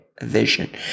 vision